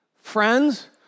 friends